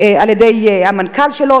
על-ידי המנכ"ל שלו,